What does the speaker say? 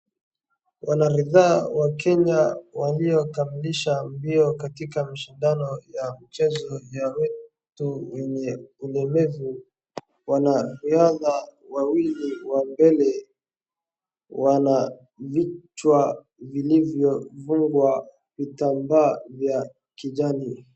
Wanaridhaa wa Kenya waliokamilisha mbio katika mshindano ya mchezo ya watu wenye ulemevu. Wanariadha wawili wa mbele, wana vichwa vilivyofungwa vitambaa vya kijani.